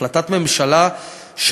החלטת ממשלה,